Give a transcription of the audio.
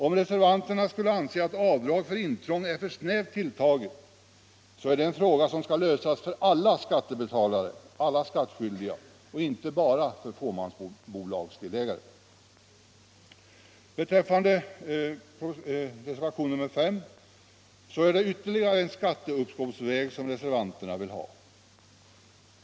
Om reservanterna skulle anse att avdrag för intrång är för snävt tilltaget, är det en fråga som skall lösas för alla skattskyldiga och inte bara för fåmansbolagens delägare. I reservationen 5 begär reservanterna ytterligare en skatteuppskovsväg.